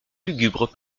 lugubre